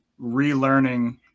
relearning